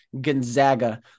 Gonzaga